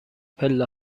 پله